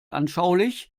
anschaulich